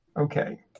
Okay